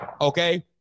Okay